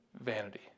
vanity